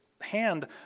hand